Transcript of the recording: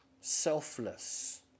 Selfless